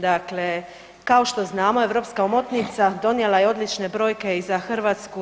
Dakle, kao što znamo europska omotnica donijela je odlične brojke i za Hrvatsku.